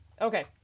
Okay